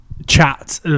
chat